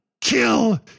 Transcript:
kill